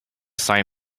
sign